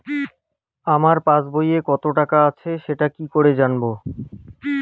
আমার পাসবইয়ে কত টাকা আছে সেটা কি করে জানবো?